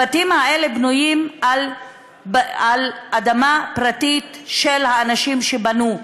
הבתים האלה בנויים על אדמה פרטית של האנשים שבנו,